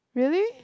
really